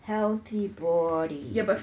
healthy body